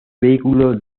vehículo